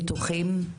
בטוחים,